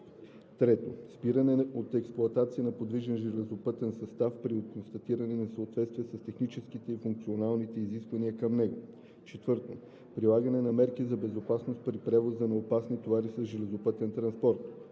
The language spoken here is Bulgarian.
3. спиране от експлоатация на подвижен железопътен състав при констатирани несъответствия с техническите и функционалните изисквания към него; 4. прилагане на мерки за безопасност при превоза на опасни товари с железопътен транспорт;